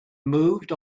moved